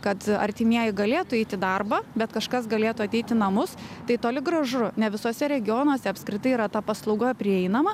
kad artimieji galėtų eiti į darbą bet kažkas galėtų ateiti į namus tai toli gražu ne visuose regionuose apskritai yra ta paslauga prieinama